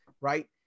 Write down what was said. right